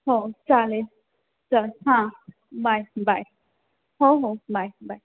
हो चालेल चल हां बाय बाय हो हो बाय बाय